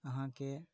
अहाँकेँ